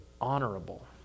honorable